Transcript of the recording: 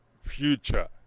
future